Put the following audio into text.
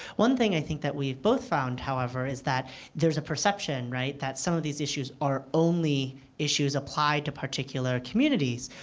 one thing i that we have both found, however, is that there's a perception, right, that some of these issues are only issues applied to particular communities.